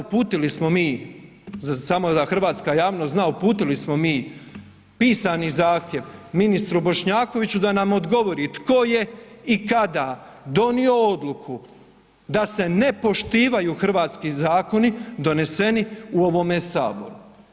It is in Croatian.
Da, uputili smo mi, samo da hrvatska javnost zna, uputili smo mi pisani zahtjev ministru Bošnjakoviću da nam odgovori tko je i kada donio odluku da se ne poštivaju hrvatski zakoni doneseni u ovome Saboru.